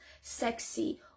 sexy